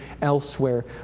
elsewhere